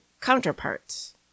counterparts